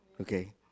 okay